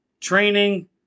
training